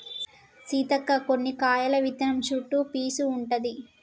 సీతక్క కొన్ని కాయల విత్తనం చుట్టు పీసు ఉంటది